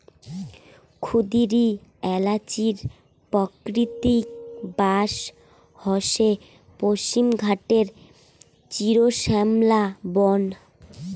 ক্ষুদিরী এ্যালাচির প্রাকৃতিক বাস হসে পশ্চিমঘাটের চিরশ্যামলা বন